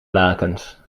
lakens